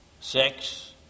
sex